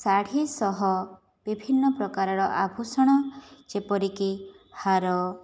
ଶାଢ଼ୀ ସହ ବିଭିନ୍ନ ପ୍ରକାରର ଆଭୂଷଣ ଯେପରିକି ହାର